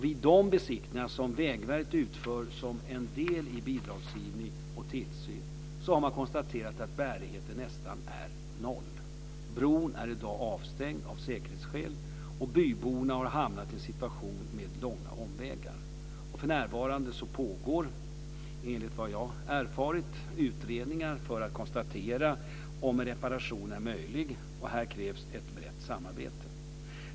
Vid de besiktningar som Vägverket utför som en del i bidragsgivning och tillsyn har man konstaterat att bärigheten nästan är noll. Bron är i dag avstängd av säkerhetsskäl, och byborna har hamnat i en situation med långa omvägar. För närvarande pågår, enligt vad jag erfarit, utredningar för att konstatera om en reparation är möjlig. Här krävs ett brett samarbete.